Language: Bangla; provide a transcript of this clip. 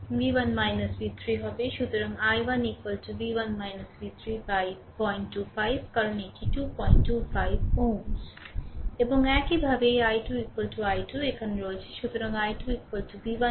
সুতরাং i1 v1 v3 বাই 025 কারণ এটি 225 Ω Ω এখন একই ভাবে i 2 i 2 এখানে রয়েছে